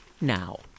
now